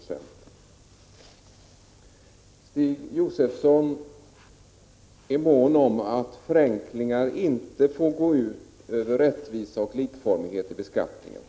Stig Josefson är mån om att förenklingar inte skall gå ut över rättvisa och likformighet i beskattningen.